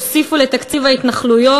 הוסיפו לתקציב ההתנחלויות,